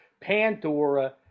Pandora